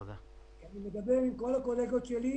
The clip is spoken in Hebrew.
אני מדבר עם כל הקולגות שלי.